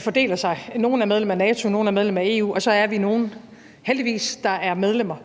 fordeler sig; der er nogle, der er medlemmer af NATO, andre er medlemmer af EU, og så er vi heldigvis nogle, der er medlemmer